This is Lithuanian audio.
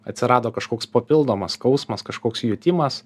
atsirado kažkoks papildomas skausmas kažkoks jutimas